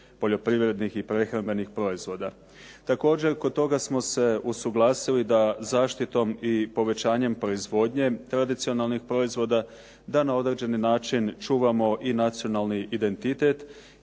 poljoprivrednih i prehrambenih proizvoda. Također kod toga smo se usuglasili da zaštitom i povećanjem proizvodnje tradicionalnih proizvoda, da na određeni način čuvamo i nacionalni identitet